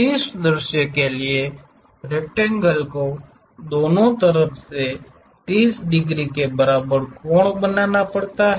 शीर्ष दृश्य के लिए रेक्टेंगल को दोनों तरफ 30 डिग्री के बराबर कोण बनाना पड़ता है